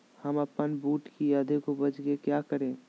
हम अपन बूट की अधिक उपज के क्या करे?